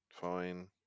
fine